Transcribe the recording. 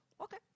Okay